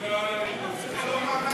זה לא מעמד הביניים שלכם, מה לעשות.